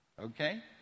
Okay